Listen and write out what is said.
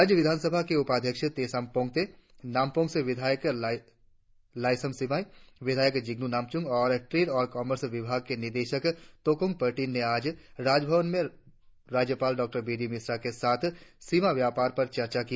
राज्य विधानसभा के उपाध्यक्ष तेसाम पोंगते नामपोंग से विधायक लाईसम सिमाई विधायक जिग्नु नामचुम और ट्रेड और कामर्स विभाग के निदेशक तोकोंग पर्टिन ने आज राजभवन में राज्यपाल डॉ बी डी मिश्रा के साथ सीमा व्यापार पर चर्चा की